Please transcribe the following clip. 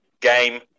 game